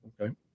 Okay